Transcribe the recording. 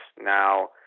now